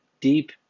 deep